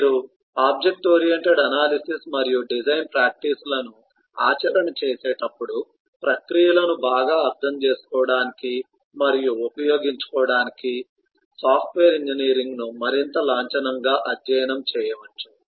మీరు object oriented analysis మరియు design ప్రాక్టీసులను ఆచరణ చేసేటప్పుడు ప్రక్రియలను బాగా అర్థం చేసుకోవడానికి మరియు ఉపయోగించడానికి సాఫ్ట్వేర్ ఇంజనీరింగ్ను మరింత లాంఛనంగా అధ్యయనం చేయవచ్చు